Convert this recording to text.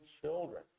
children